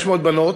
500 בנות.